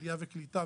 עלייה וקליטה,